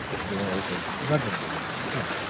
the door opened readily at his touch,